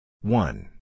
One